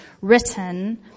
written